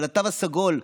אבל התו הסגול,